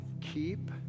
keep